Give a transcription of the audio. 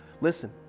Listen